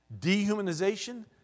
Dehumanization